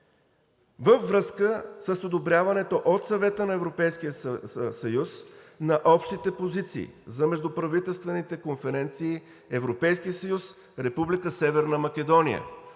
във връзка с одобряването от Съвета на Европейския съюз на общите позиции за междуправителствените конференции Европейски съюз – Република Северна Македония.“